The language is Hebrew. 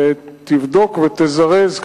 ותבדוק ותזרז,